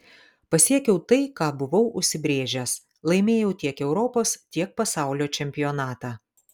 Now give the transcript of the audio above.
pasiekiau tai ką buvau užsibrėžęs laimėjau tiek europos tiek pasaulio čempionatą